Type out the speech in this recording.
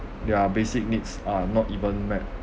their basic needs are not even met